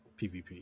PvP